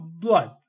blood